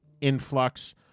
influx